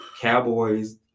Cowboys